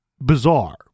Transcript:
bizarre